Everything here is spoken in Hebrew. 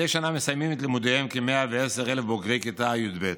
מדי שנה מסיימים את לימודיהם כ-110,000 בוגרי כיתה י"ב.